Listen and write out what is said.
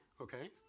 Okay